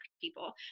people